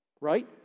Right